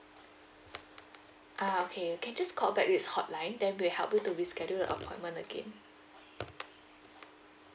ah okay you can just call back this hotline then we'll help you to reschedule the appointment again